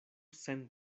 sen